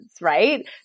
Right